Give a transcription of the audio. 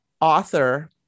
author